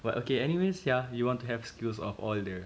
but okay anyways ya you want to have skills of all the